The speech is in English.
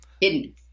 Hidden